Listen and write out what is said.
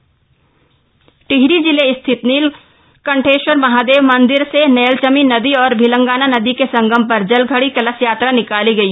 कलश यात्रा टिहरी जिले स्थित नीलकंठेश्वर महादेव मंदिर से नैलचमी नदी और भिलंगना नदी के संगम पर जल घड़ी कलश यात्रा निकाली गई